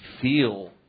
feel